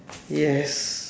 yes